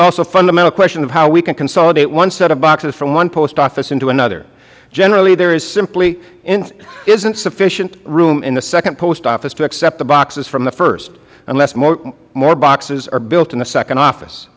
also a fundamental question of how we can consolidate one set of boxes from one post office into another generally there simply isn't sufficient room in the second post office to accept the boxes from the first unless more boxes are built in the second office